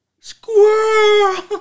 Squirrel